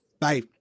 Bye